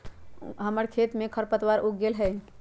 हमर खेत में खरपतवार उग गेल हई